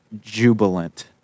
jubilant